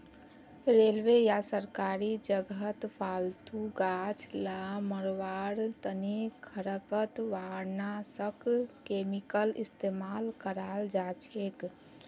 railway या सरकारी जगहत फालतू गाछ ला मरवार तने खरपतवारनाशक केमिकल इस्तेमाल कराल जाछेक